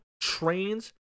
trains